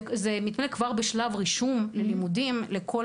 וזה קורה כבר בשלב הרישום ללימודים לכל